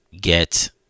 get